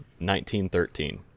1913